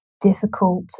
difficult